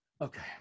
Okay